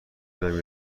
تونم